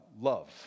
love